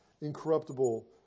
incorruptible